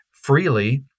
freely